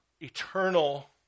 eternal